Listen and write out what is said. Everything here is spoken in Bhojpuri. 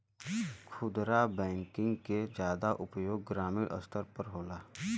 खुदरा बैंकिंग के जादा उपयोग ग्रामीन स्तर पे होला